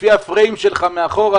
לפי הפריים שלך מאחור,